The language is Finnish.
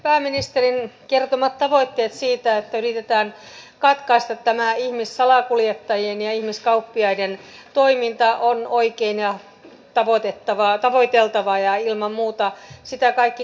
pääministerin kertomat tavoitteet siitä että yritetään katkaista tämä ihmissalakuljettajien ja ihmiskauppiaiden toiminta ovat oikein ja tavoiteltavia ja ilman muuta niitä kaikki kannattavat